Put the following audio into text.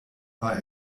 war